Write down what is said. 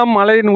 Malay